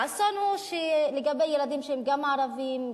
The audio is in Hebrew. האסון הוא לגבי ילדים שהם גם ערבים,